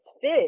fish